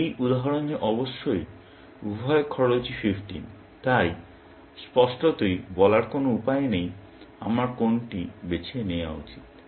এই উদাহরণে অবশ্যই উভয় খরচই 15 তাই স্পষ্টতই বলার কোন উপায় নেই আমার কোনটি বেছে নেওয়া উচিত